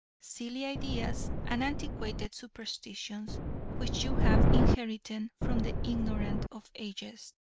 silly ideas and antiquated superstitions which you have inherited from the ignorant of ages,